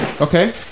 Okay